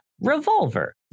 Revolver